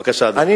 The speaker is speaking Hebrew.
בבקשה, אדוני.